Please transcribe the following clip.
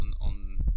on